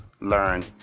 Learn